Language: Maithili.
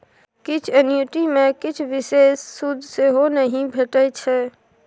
किछ एन्युटी मे किछ बिषेश सुद सेहो नहि भेटै छै